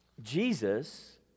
Jesus